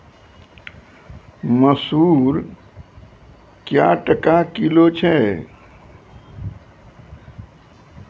मसूर क्या टका किलो छ?